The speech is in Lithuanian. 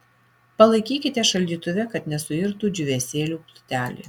palaikykite šaldytuve kad nesuirtų džiūvėsėlių plutelė